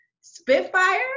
Spitfire